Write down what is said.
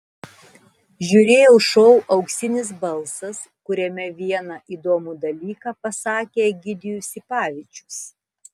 žiūrėjau šou auksinis balsas kuriame vieną įdomų dalyką pasakė egidijus sipavičius